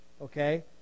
Okay